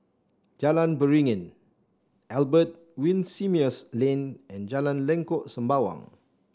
Jalan Beringin Albert Winsemius Lane and Jalan Lengkok Sembawang